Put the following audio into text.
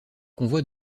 convois